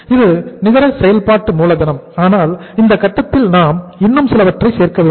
இது நிகர செயல்பாட்டு மூலதனம் ஆனால் இந்த கட்டத்தில் நாம் இன்னும் சிலவற்றை சேர்க்க வேண்டும்